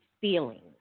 feelings